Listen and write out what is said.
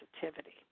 sensitivity